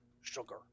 sugar